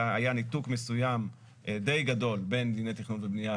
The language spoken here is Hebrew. ניתוק מסוים די גדול בין דיני תכנון ובנייה